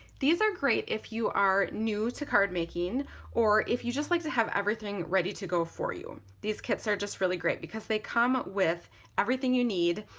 these are great if you are new to card-making or if you just like to have everything ready to go for you. these kits are just really great because they come with everything you need.